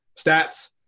stats